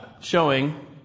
showing